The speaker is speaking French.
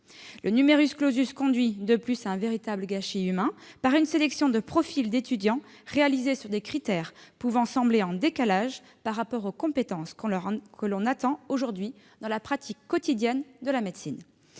du territoire. Le conduit, de plus, à un véritable gâchis humain, du fait d'une sélection de profils d'étudiants réalisée sur des critères pouvant sembler en décalage par rapport aux compétences que l'on attend aujourd'hui dans la pratique quotidienne de la médecine.